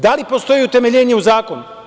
Da li postoji utemeljenje u zakonu?